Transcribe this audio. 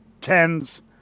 tens